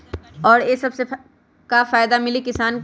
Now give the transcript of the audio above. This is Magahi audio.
और ये से का फायदा मिली किसान के?